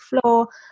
floor